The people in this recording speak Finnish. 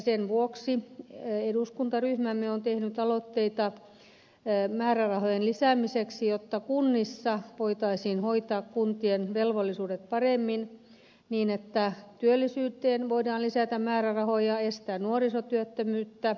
sen vuoksi eduskuntaryhmämme on tehnyt aloitteita määrärahojen lisäämiseksi jotta kunnissa voitaisiin hoitaa kuntien velvollisuudet paremmin niin että työllisyyteen voidaan lisätä määrärahoja estää nuorisotyöttömyyttä